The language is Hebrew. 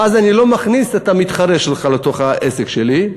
ואז אני לא מכניס את המתחרה שלך לתוך העסק שלי.